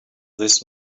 this